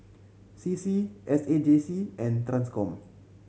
C C S A J C and Transcom